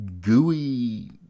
gooey